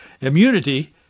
immunity